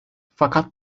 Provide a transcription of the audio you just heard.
fakat